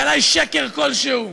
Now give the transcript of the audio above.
גלאי שקר כלשהו.